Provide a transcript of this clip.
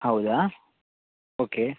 ಹೌದ ಓಕೆ